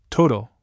total